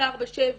24/7 תמיכות.